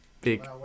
big